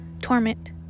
torment